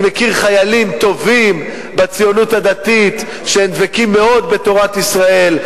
אני מכיר חיילים טובים בציונות הדתית שהם דבקים מאוד בתורת ישראל,